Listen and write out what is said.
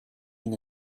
been